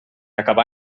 acabà